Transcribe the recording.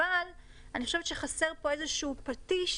אבל אני חושבת שחסר פה איזשהו פטיש